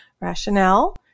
Rationale